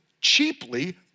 cheaply